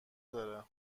داره